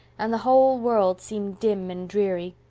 and the whole world seemed dim and dreary.